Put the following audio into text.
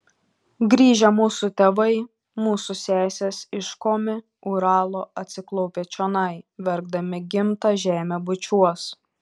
grįžę mūsų tėvai mūsų sesės iš komi uralo atsiklaupę čionai verkdami gimtą žemę bučiuos